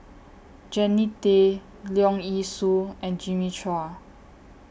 Jannie Tay Leong Yee Soo and Jimmy Chua